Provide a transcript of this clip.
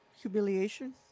humiliation